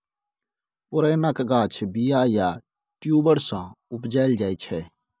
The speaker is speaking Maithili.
पुरैणक गाछ बीया या ट्युबर सँ उपजाएल जाइ छै